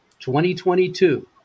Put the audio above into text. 2022